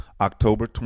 October